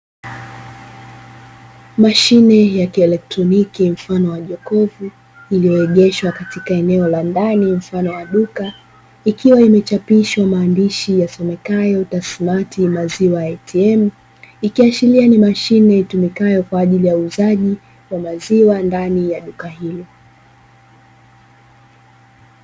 Mashine ya kielektroniki mfano wa jokofu, lililoegeshwa katika eneo la ndani mfano wa duka, ikiwa imechapishwa maandishi yasomekayo "TASSMATT" maziwa "ATM". Ikiashiria ni mashine itumikayo kwa ajili uuzaji wa maziwa ndani ya duka hilo.